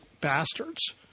bastards